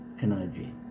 energy